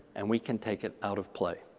and we can take it out of play.